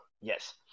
yes